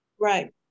Right